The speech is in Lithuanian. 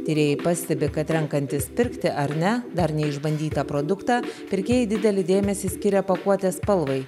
tyrėjai pastebi kad renkantis pirkti ar ne dar neišbandytą produktą pirkėjai didelį dėmesį skiria pakuotės spalvai